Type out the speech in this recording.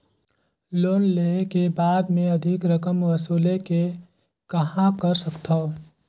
Loan लेहे के बाद मे अधिक रकम वसूले के कहां कर सकथव?